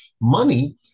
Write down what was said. money